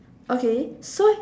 okay so